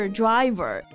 driver